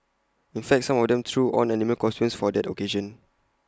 in fact some of them threw on animal costumes for the occasion